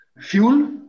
fuel